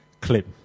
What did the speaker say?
clip